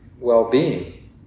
well-being